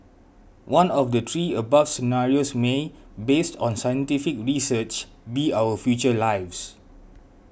one of the three above scenarios may based on scientific research be our future lives